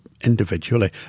individually